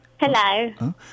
Hello